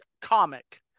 comic